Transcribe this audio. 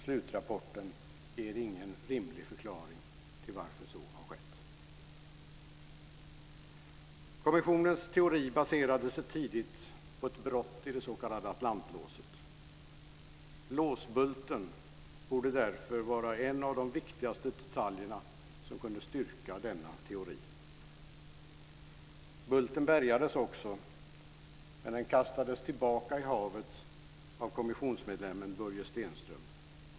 Slutrapporten ger ingen rimlig förklaring till varför så har skett. Kommissionens teori baserade sig tidigt på ett brott i det s.k. atlantlåset. Låsbulten borde därför vara en av de viktigaste detaljerna som kunde styrka denna teori. Bulten bärgades också, men kastades tillbaka i havet av kommissionsmedlemmen Börje Stenström.